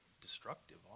destructive